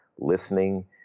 listening